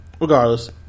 regardless